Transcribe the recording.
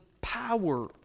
power